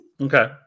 Okay